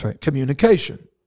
communication